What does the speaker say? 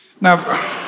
Now